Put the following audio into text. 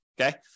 okay